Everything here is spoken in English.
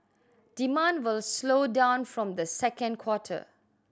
demand will slow down from the second quarter